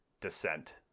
descent